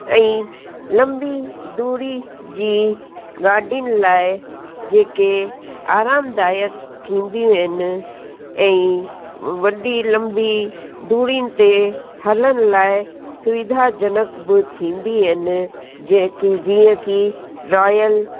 ऐं लंबी दूरी जी गाॾियुनि लाइ जेके आरामदायक थींदियूं आहिनि ऐं वॾी लंबी दूरियुनि ते हलण लाइ सुविधाजनक बि थींदी आहिनि जेके जीअं कि रॉयल